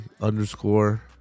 underscore